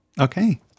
okay